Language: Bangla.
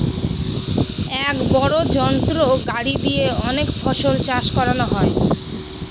এক বড় যন্ত্র গাড়ি দিয়ে অনেক ফসল চাষ করানো যায়